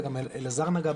וגם אלעזר נגע בזה,